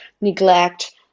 neglect